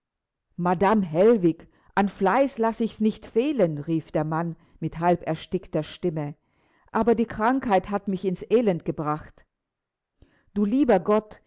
madame hellwig an fleiß lass ich's nicht fehlen rief der mann mit halberstickter stimme aber die krankheit hat mich ins elend gebracht du lieber gott